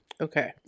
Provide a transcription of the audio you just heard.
Okay